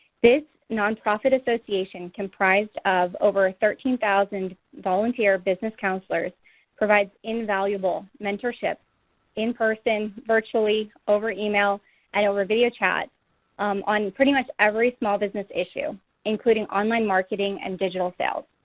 this nonprofit association comprised of over thirteen thousand volunteer business counselors provides invaluable mentorship in-person, virtually, over email and over video chat on pretty much every small business issue including online marketing and digital sales.